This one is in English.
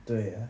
对呀